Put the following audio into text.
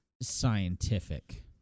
scientific